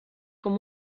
com